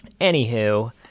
Anywho